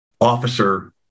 officer